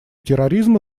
терроризма